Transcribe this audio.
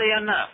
enough